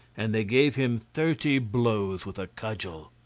and they gave him thirty blows with a cudgel.